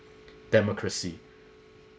democracy